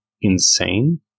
insane